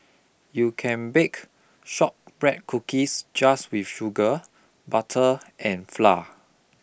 you can bake shortbread cookies just with sugar butter and flour